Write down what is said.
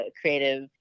creative